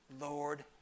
Lord